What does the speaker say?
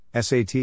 SAT